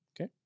Okay